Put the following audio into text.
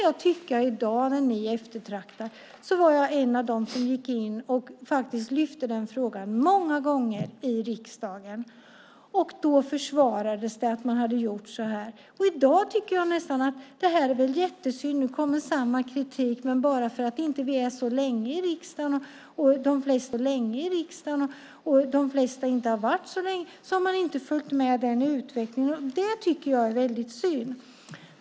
Jag var en av dem som gick in och faktiskt lyfte fram den frågan många gånger i riksdagen. Då försvarade man att man hade gjort så här. I dag tycker jag att det är jättesynd att det kommer samma kritik. Men bara för att de flesta inte har varit så länge i riksdagen har de inte följt med i denna utveckling. Det tycker jag är synd.